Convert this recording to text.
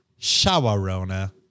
Shawarona